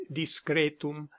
discretum